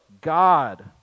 God